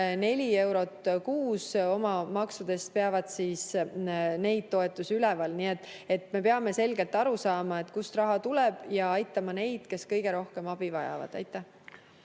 654 eurot kuus ja oma maksudest peavad neid toetusi üleval. Nii et me peame selgelt aru saama, kust raha tuleb, ja aitama neid, kes kõige rohkem abi vajavad. Aitäh!